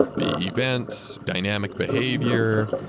the events, dynamic behavior,